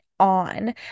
on